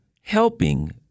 helping